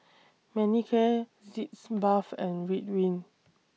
Manicare Sitz Bath and Ridwind